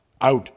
out